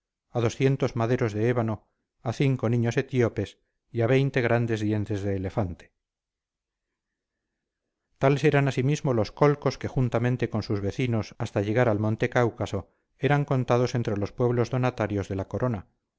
a maderos de ébano a cinco niños etíopes y a veinte grandes dientes de elefante tales eran asimismo los colcos que juntamente con sus vecinos hasta llegar al monte cáucaso eran contados entre los pueblos donatarios de la corona